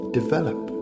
develop